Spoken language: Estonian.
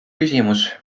küsimus